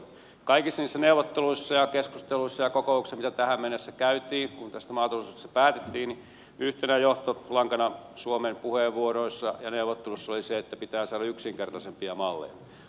kaikissa niissä neuvotteluissa ja keskusteluissa ja kokouksissa joita tähän mennessä käytiin kun tästä maatalousasiasta päätettiin yhtenä johtolankana suomen puheenvuoroissa ja neuvotteluissa oli se että pitää saada yksinkertaisempia malleja